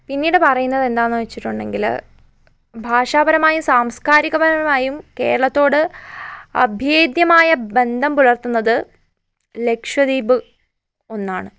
പിന്നീട് പറയുന്നത് എന്താന്നു വെച്ചിട്ടുണ്ടെങ്കില് ഭാഷാപരമായും സാംസ്കാരിക പരമായും കേരളത്തോട് അഭേദ്യമായ ബന്ധം പുലർത്തുന്നത് ലക്ഷദ്വീപ് ഒന്നാണ്